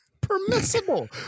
permissible